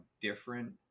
different